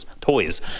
Toys